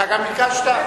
גם אני ביקשתי.